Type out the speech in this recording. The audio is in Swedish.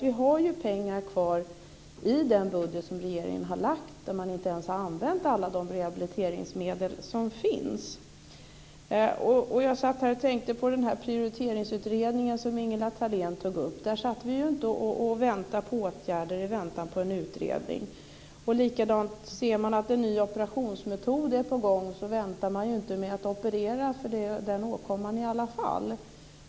Vi har pengar kvar i den budget regeringen har lagt fram. Vi har inte ens använt alla de rehabiliteringsmedel som finns. Jag tänkte på den prioriteringsutredning som Ingela Thalén tog upp. Där väntade vi inte på åtgärder i väntan på en utredning. Om en ny operationsmetod är på gång, väntar man inte med att operera den åkomman i alla fall.